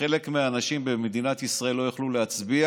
שחלק מהאנשים במדינת ישראל לא יוכלו להצביע